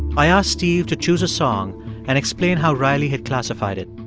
i ask steve to choose a song and explain how riley had classified it.